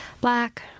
black